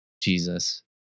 Jesus